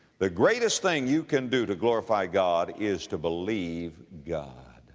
the greatest thing you can do to glorify god is to believe god